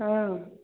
हँ